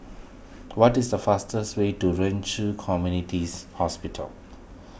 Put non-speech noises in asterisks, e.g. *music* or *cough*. *noise* what is the fastest way to Ren Ci Communities Hospital